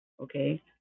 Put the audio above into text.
okay